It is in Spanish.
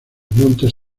montes